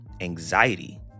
anxiety